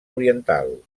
oriental